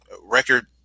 record